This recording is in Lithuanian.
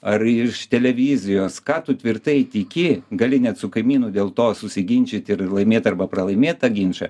ar iš televizijos ką tu tvirtai tiki gali net su kaimynu dėl to susiginčyt ir laimėt arba pralaimėt tą ginčą